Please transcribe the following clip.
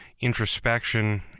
introspection